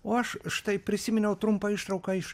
o aš štai prisiminiau trumpą ištrauką iš